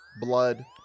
Blood